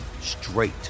straight